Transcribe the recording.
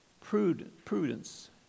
prudence